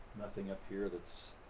nothing up here that's